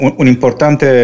un'importante